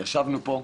ישבנו פה,